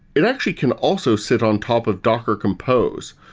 it actually can also sit on top of docker compose.